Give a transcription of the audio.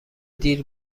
دیر